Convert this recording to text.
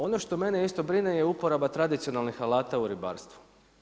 Ono što mene isto brine je uporaba tradicionalnih alata u ribarstvu.